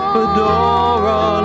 Fedora